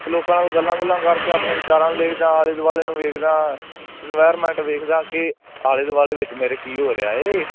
ਲੋਕਾਂ ਨਾਲ ਗੱਲਾਂ ਗੁੱਲਾਂ ਕਰਕੇ ਆਪਣੇ ਵਿਚਾਰਾਂ ਨੂੰ ਲਿਖਦਾ ਹਾਂ ਆਲੇ ਦੁਆਲੇ ਨੂੰ ਵੇਖਦਾ ਹਾਂ ਇਨਵਾਇਰਮੈਂਟ ਵੇਖਦਾ ਹਾਂ ਕਿ ਆਲੇ ਦੁਆਲੇ ਵਿੱਚ ਮੇਰੇ ਕੀ ਹੋ ਰਿਹਾ ਹੈ